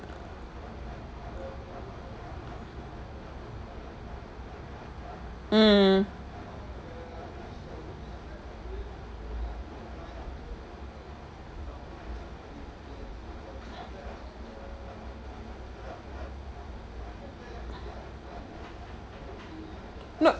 mm not